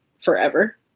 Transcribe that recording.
forever